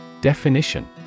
Definition